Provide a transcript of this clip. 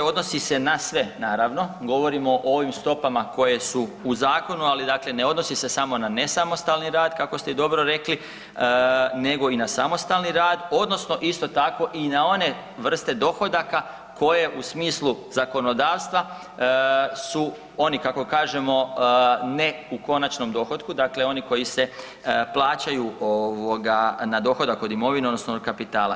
Odnosi se na sve naravno, govorimo o ovim stopama koje su u zakonu, ali dakle ne odnosi se samo na nesamostalni rad kako ste i dobro rekli nego i na samostalni rad odnosno isto tako i na one vrste dohodaka koje u smislu zakonodavstva su oni, kako kažemo, ne u konačnom dohotku, dakle oni koji se plaćaju ovoga na dohodak od imovine odnosno kapitala.